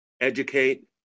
educate